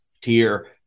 tier